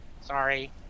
sorry